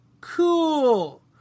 cool